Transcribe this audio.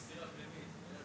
יש סתירה פנימית.